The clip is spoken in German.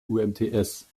umts